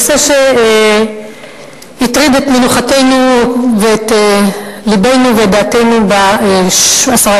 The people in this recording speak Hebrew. הנושא שהטריד את מנוחתנו ואת לבנו ואת דעתנו בעשרת